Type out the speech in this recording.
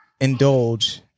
indulge